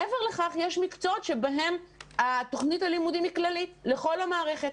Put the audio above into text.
מעבר לכך יש מקצועות שבהם תוכנית הלימודים היא כללית לכל המערכת.